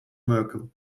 merkel